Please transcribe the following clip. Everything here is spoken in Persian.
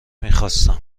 میخواستم